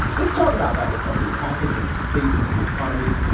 let's talk about that recovery package in the state of the economy.